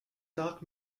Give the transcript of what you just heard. dark